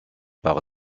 par